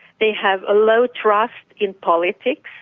they have a low trust in politics,